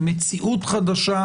מציאות חדשה,